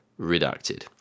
redacted